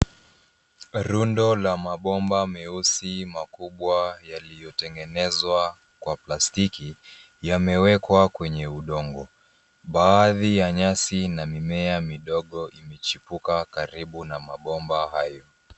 Rundo la mabomba meusi makubwa yaliyotengenezwa kwa plastiki yamewekwa kwenye udongo. Baadhi ya nyasi na mimea midogo imechipuka karibu na mabomba hayo.